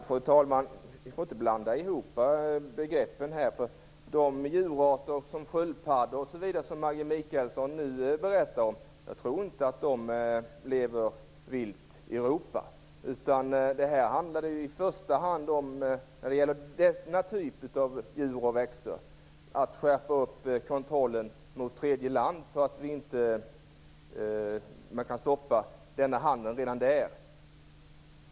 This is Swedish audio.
Fru talman! Vi får inte blanda ihop begreppen här. De djurarter, sköldpaddor och andra, som Maggi Mikaelsson nu berättar om tror jag inte lever vilt i Europa. När det gäller den typen av djur och växter handlar det i första hand om att skärpa kontrollen mot tredje land så att man kan stoppa handeln redan där.